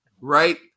right